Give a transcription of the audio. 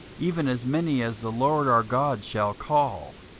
even as many as the lord our god shall call.